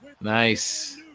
nice